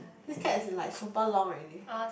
this Keds is like super long already